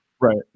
Right